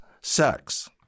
sex